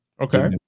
Okay